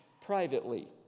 privately